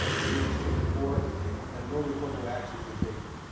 and wishes to report that no reportable actions were taken.